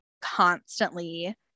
constantly